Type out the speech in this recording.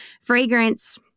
fragrance